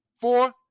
four